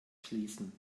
schließen